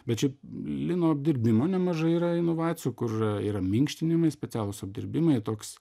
bet šiaip lino apdirbimo nemažai yra inovacijų kur yra minkštinimai specialūs apdirbimai toks